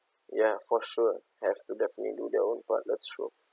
ya for sure have to definitely do their own part that's true